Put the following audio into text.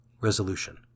Resolution